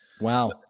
Wow